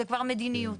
זו מדיניות.